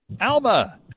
Alma